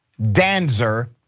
Danzer